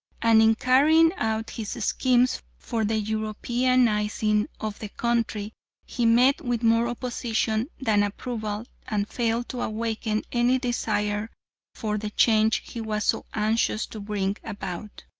and in carrying out his schemes for the europeanising of the country he met with more opposition than approval and failed to awaken any desire for the change he was so anxious to bring about.